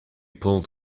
pulled